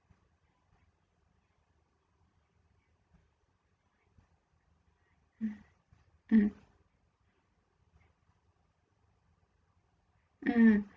mm mm mm